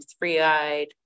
three-eyed